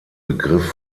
begriff